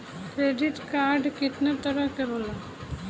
Credit card कितना तरह के होला?